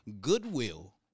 Goodwill